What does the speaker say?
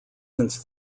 since